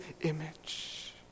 image